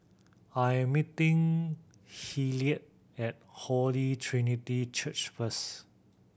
I meeting Hilliard at Holy Trinity Church first